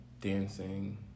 dancing